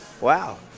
wow